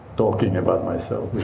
talking about myself,